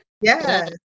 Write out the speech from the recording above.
Yes